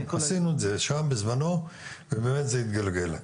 כן, עשינו את זה שם בזמנו ובאמת זה התגלגל.